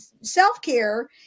self-care